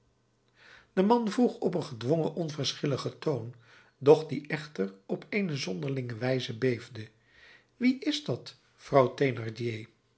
de man vroeg op een gedwongen onverschilligen toon doch die echter op eene zonderlinge wijze beefde wie is dat vrouw